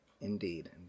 Indeed